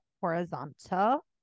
horizontal